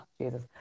Jesus